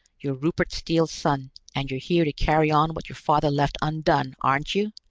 you're rupert steele's son, and you're here to carry on what your father left undone, aren't you?